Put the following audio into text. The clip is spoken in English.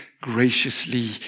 graciously